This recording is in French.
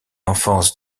enfance